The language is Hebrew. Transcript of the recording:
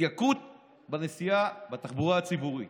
התייקרות בנסיעה בתחבורה הציבורית,